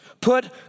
Put